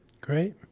Great